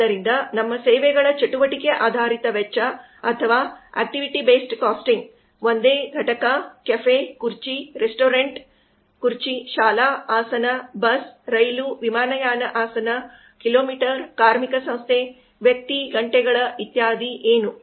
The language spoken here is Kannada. ಆದ್ದರಿಂದ ನಮ್ಮ ಸೇವೆಗಳ ಚಟುವಟಿಕೆ ಆಧಾರಿತ ವೆಚ್ಚ ಅಥವಾ ABC ಒಂದೇ ಘಟಕ ಕೆಫೆ ಕುರ್ಚಿ ರೆಸ್ಟೋರೆಂಟ್ ಕುರ್ಚಿ ಶಾಲಾ ಆಸನ ಬಸ್ ರೈಲು ವಿಮಾನಯಾನ ಆಸನ ಕಿಲೋಮೀಟರ್ ಕಾರ್ಮಿಕ ಸಂಸ್ಥೆ ವ್ಯಕ್ತಿ ಗಂಟೆಗಳ ಇತ್ಯಾದಿ ಏನು